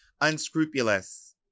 unscrupulous